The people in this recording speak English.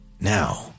Now